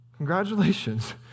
Congratulations